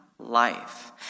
Life